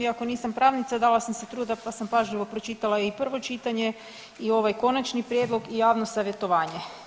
Iako nisam pravnica dala sam si truda pa sam pažljivo pročitala i prvo čitanje i ovaj konačni prijedlog i javno savjetovanje.